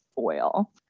Oil